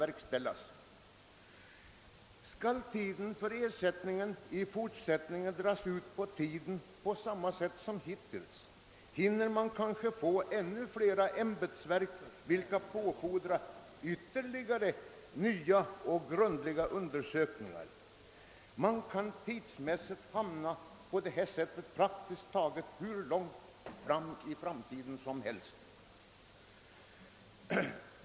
Men skall tiden för avgörandet av sådana ersättningsärenden i = fortsättningen dras ut på samma sätt som hittills, så hinner vi få ännu fler ämbetsverk som alla påfordrar ytterligare nya och grundliga undersökningar, och då kan avgörandet dra hur långt ut på tiden som helst.